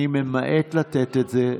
אני ממעט לתת את זה,